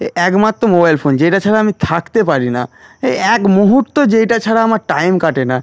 এ একমাত্র mobile phone যেইটা ছাড়া আমি থাকতে পারি না এই এক মুহুর্ত যেইটা ছাড়া আমার টাইম কাটে না